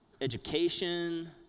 education